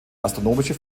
astronomische